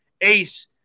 ace